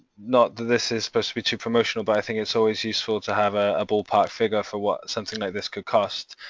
not that this is supposed to be too promotional but i think it's always useful to have a ballpark figure for what something like this could cost,